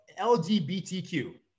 LGBTQ